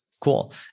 Cool